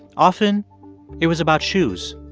often it was about shoes.